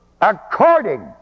according